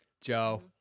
joe